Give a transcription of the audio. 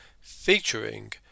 featuring